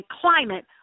climate